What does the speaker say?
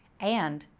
and,